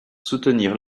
soutenir